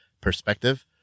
perspective